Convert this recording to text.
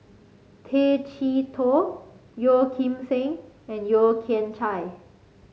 Tay Chee Toh Yeo Kim Seng and Yeo Kian Chye